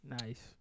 Nice